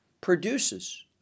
produces